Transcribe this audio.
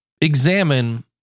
examine